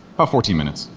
about fourteen minutes.